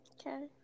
Okay